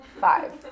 Five